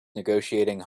negotiating